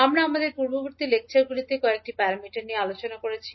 আমরা আমাদের পূর্ববর্তী লেকচারগুলিতে কয়েকটি প্যারামিটার নিয়ে আলোচনা করেছি